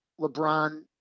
LeBron